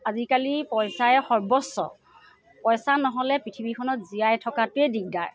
আজিকালি পইচাই সৰ্বস্ব পইচা নহ'লে পৃথিৱীখনত জীয়াই থকাটোৱে দিগদাৰ